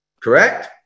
Correct